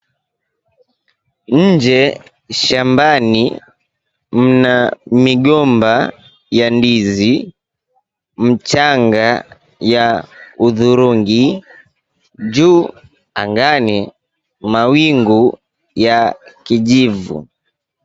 Nje shambani mna migomba ya ndizi, mchanga ya hudhurungi, juu angani mawingu ya kijivu.